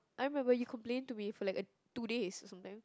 I remember you complain to me for like a two days or something